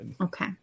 Okay